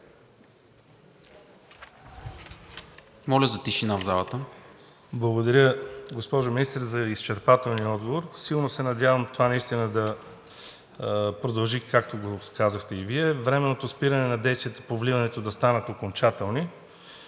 АСЕН БАЛТОВ (ГЕРБ-СДС): Благодаря, госпожо Министър, за изчерпателния отговор. Силно се надявам това наистина да продължи, както го казахте и Вие – временното спиране на действията по вливането да стане окончателно.